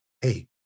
hey